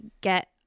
get